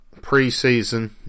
preseason